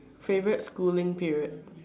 favorite schooling period